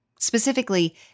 Specifically